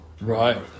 Right